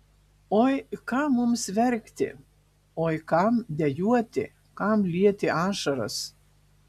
oi kam mums verkti oi kam dejuoti kam lieti ašaras